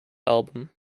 album